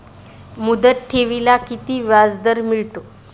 मुदत ठेवीला किती व्याजदर मिळतो?